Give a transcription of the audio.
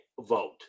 vote